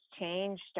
changed